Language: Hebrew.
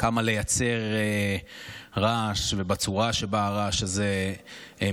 כמה לייצר רעש ומה הצורה שבה הרעש הזה מתבצע.